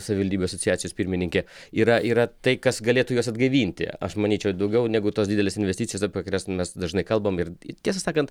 savivaldybių asociacijos pirmininkė yra yra tai kas galėtų juos atgaivinti aš manyčiau daugiau negu tos didelės investicijos apie kurias mes dažnai kalbam ir tiesą sakant